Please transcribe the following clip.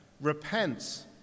Repent